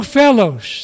fellows